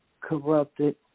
corrupted